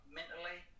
mentally